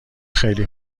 خیلی